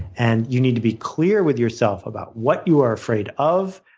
and you need to be clear with yourself about what you are afraid of,